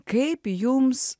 kaip jums